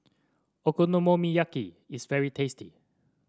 okonomiyaki is very tasty